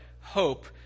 hope